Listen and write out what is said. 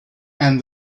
and